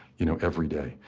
you know, everyday.